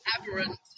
Aberrant